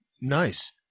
Nice